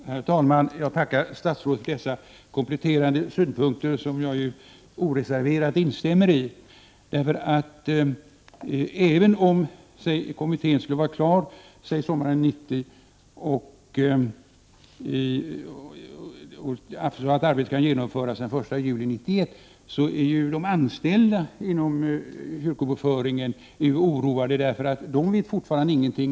24 november 1988 = Herr talman! Jag tackar statsrådet för dessa kompletterande synpunkter som jag oreserverat instämmer i. Även om kommittén skulle vara klar sommaren 1990, så att övergången kan genomföras den 1 juli 1991, är de anställda inom kyrkobokföringen oroade, därför att de vet fortfarande ingenting.